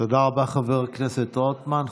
תודה רבה, חבר הכנסת רוטמן.